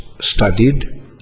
studied